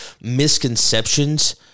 misconceptions